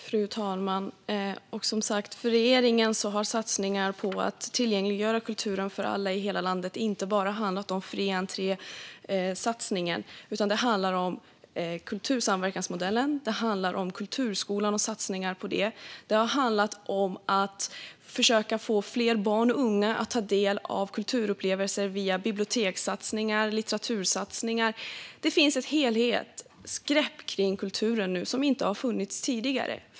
Fru talman! För regeringen handlar som sagt satsningarna på att tillgängliggöra kulturen för alla i hela landet inte bara om fri entré-satsningen. Det handlar också om kultursamverkansmodellen och kulturskolan och att försöka få fler barn och unga att ta del av kulturupplevelser via bibliotekssatsningar och litteratursatsningar. Det tas ett helhetsgrepp på kulturen nu som inte har funnits tidigare.